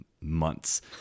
months